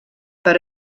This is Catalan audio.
per